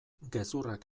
gezurrak